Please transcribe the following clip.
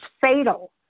fatal